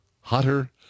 hotter